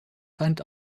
find